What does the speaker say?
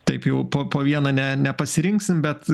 taip jau po vieną ne nepasirinksim bet